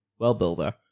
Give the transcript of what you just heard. WellBuilder